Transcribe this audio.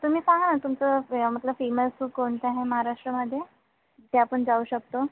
तुम्ही सांगा ना तुमचं मतलब फेमस कोणतं आहे महाराष्ट्रामध्ये जे आपण जाऊ शकतो